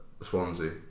Swansea